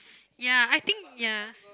ya I think ya